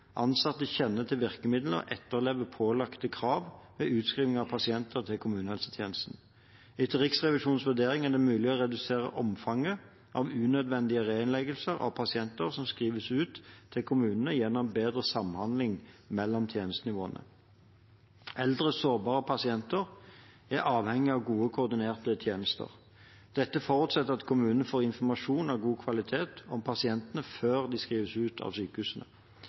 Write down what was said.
ansatte kjenner til virkemidler og etterlever pålagte krav ved utskrivning av pasienter til kommunehelsetjenesten. Etter Riksrevisjonens vurdering er det mulig å redusere omfanget av unødvendige reinnleggelser av pasienter som skrives ut til kommunene, gjennom bedre samhandling mellom tjenestenivåene. Eldre, sårbare pasienter er avhengige av godt koordinerte tjenester. Dette forutsetter at kommunen får informasjon av god kvalitet om pasientene, før de skrives ut av sykehusene.